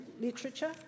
literature